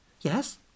Yes